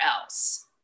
else